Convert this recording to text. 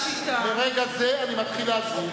ברגע זה אני מתחיל להזהיר.